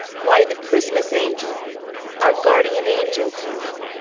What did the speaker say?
why, the christmas angel our guardian angel, tom.